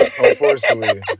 Unfortunately